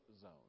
zone